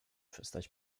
przestać